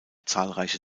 zahlreiche